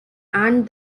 and